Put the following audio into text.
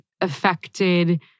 affected